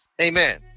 amen